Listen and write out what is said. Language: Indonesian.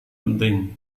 penting